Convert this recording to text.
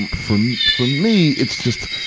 and for, for me, it's just,